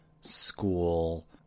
school